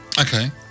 Okay